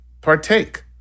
partake